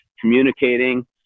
communicating